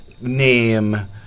name